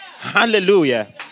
Hallelujah